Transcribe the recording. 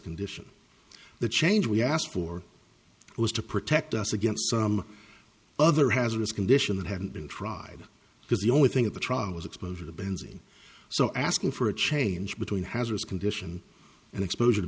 condition the change we asked for was to protect us against some other hazardous condition that hadn't been tried because the only thing at the trial was exposure to benzene so asking for a change between hazaras condition and exposure to